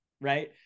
right